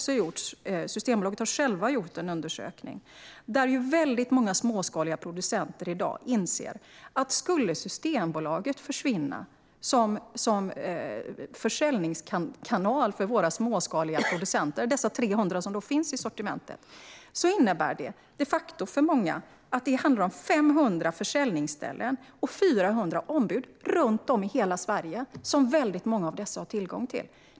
Systembolaget har självt gjort en undersökning där det visar sig att väldigt många småskaliga producenter inser att om Systembolaget skulle försvinna som försäljningskanal för de 300 småskaliga producenter som finns i sortimentet handlar det de facto för många om 500 försäljningsställen och 400 ombud runt om i hela Sverige som väldigt många av dessa har tillgång till.